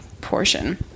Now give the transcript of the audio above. portion